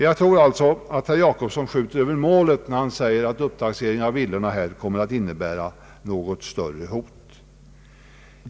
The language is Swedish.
Jag tror alltså att herr Jacobsson skjuter över målet när han säger att upptaxeringen av villorna kommer att innebära något större hot.